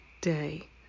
day